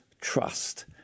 Trust